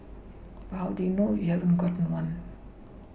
but how do you know if you haven't got one